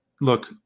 look